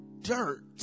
dirt